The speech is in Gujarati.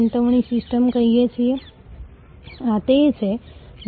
એવી કેટલીક સેવાઓ છે જ્યાં સંબંધ બનાવવો એટલું સરળ નથી